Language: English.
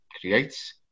creates